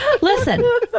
Listen